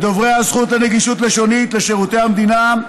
לדובריה זכות לנגישות לשונית לשירותי המדינה,